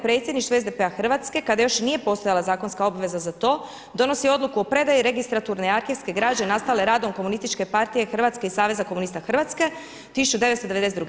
Predsjedništvo SDP-a Hrvatske kada još nije postojala zakonska obveza za to donosi odluku o predaju registraturne arhivske građe nastale radom Komunističke partije Hrvatske i Saveza komunista Hrvatske 1992.